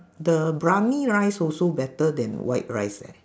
the briyani rice also better than white rice eh